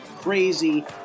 crazy